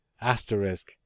Asterisk